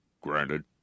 Granted